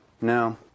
No